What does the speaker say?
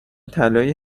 طلای